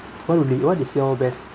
what will be what is your best